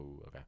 okay